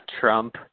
trump